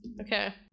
Okay